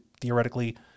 theoretically